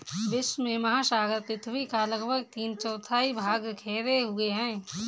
विश्व के महासागर पृथ्वी का लगभग तीन चौथाई भाग घेरे हुए हैं